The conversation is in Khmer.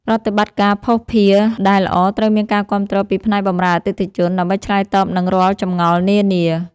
ប្រតិបត្តិការភស្តុភារដែលល្អត្រូវមានការគាំទ្រពីផ្នែកបម្រើអតិថិជន ដើម្បីឆ្លើយតបនឹងរាល់ចម្ងល់នានា។